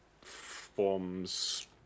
Forms